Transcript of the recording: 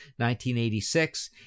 1986